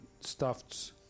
stuffed